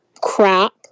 crap